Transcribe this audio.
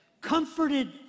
comforted